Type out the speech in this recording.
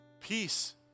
peace